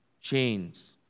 chains